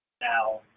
Now